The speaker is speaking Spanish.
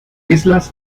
islas